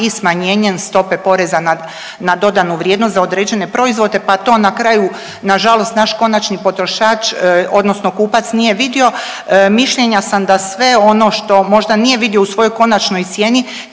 i smanjenjem stope PDV-a za određene proizvode, pa to na kraju nažalost naš konačni potrošač odnosno kupac nije vidio, mišljenja sam da sve ono što možda nije vidio u svojoj konačnoj cijeni